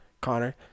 Connor